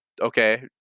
okay